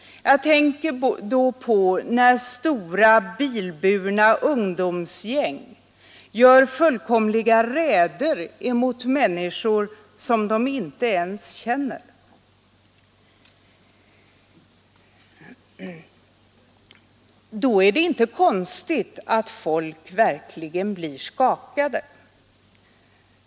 Jag tänker på att stora, bilburna ungdomsgäng gör fullkomliga räder mot människor som de inte ens känner. Det är inte konstigt att folk verkligen blir skakade.